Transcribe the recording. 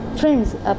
Friends